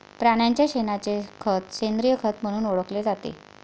प्राण्यांच्या शेणाचे खत सेंद्रिय खत म्हणून ओळखले जाते